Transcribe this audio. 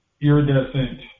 iridescent